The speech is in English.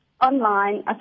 online